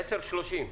ב-10:30 בדיוק.